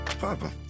Papa